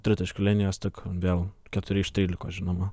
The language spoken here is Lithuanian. tritaškio linijos tik vėl keturi iš trylikos žinoma